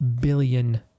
billion